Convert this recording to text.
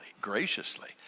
graciously